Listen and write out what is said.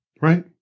right